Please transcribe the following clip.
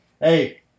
Hey